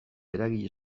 eragile